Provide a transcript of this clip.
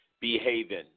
behaving